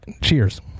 cheers